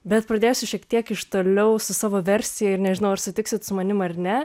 bet pradėsiu šiek tiek iš toliau su savo versija ir nežinau ar sutiksit su manim ar ne